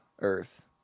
earth